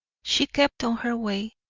she kept on her way,